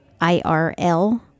IRL